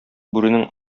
бүренең